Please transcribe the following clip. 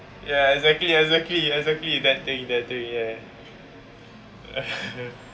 ya exactly exactly exactly that thing that thing yeah